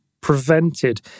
prevented